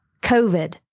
COVID